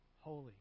holy